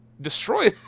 destroy